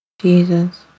Jesus